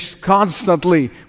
constantly